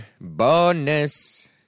bonus